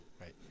Right